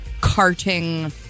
carting